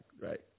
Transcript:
right